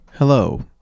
Hello